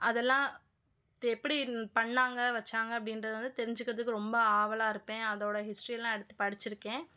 அதெல்லாம் எப்படி பண்ணாங்க வெச்சாங்க அப்படின்றத வந்து தெரிஞ்சுக்கிறதுக்கு ரொம்ப ஆவலாக இருப்பேன் அதோடு ஹிஸ்ட்ரிலாம் எடுத்து படித்திருக்கேன்